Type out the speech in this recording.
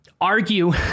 argue